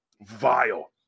vile